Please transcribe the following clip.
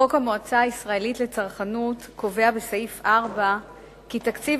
חוק המועצה הישראלית לצרכנות קובע בסעיף 4 כי תקציב